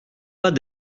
pas